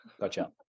Gotcha